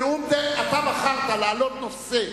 אתה בחרת להעלות נושא